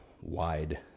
wide